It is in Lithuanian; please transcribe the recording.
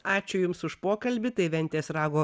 ačiū jums už pokalbį tai ventės rago